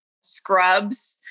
scrubs